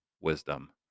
wisdom